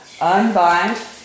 unbind